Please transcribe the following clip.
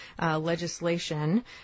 legislation